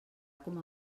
com